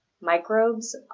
microbes